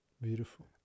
Beautiful